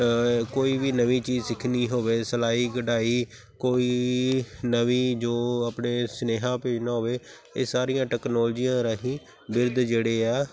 ਕੋਈ ਵੀ ਨਵੀਂ ਚੀਜ਼ ਸਿੱਖਣੀ ਹੋਵੇ ਸਿਲਾਈ ਕਢਾਈ ਕੋਈ ਨਵੀਂ ਜੋ ਆਪਣੇ ਸੁਨੇਹਾ ਭੇਜਣਾ ਹੋਵੇ ਇਹ ਸਾਰੀਆਂ ਟੈਕਨੋਲੋਜੀਆਂ ਰਾਹੀਂ ਬਿਰਧ ਜਿਹੜੇ ਆ